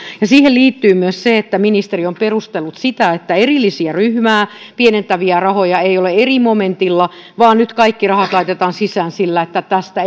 siihen liittyy myös se että ministeri on perustellut sitä että erillisiä ryhmää pienentäviä rahoja ei ole eri momentilla vaan nyt kaikki rahat laitetaan sisään sillä että tästä